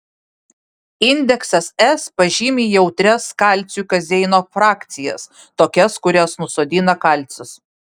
indeksas s pažymi jautrias kalciui kazeino frakcijas tokias kurias nusodina kalcis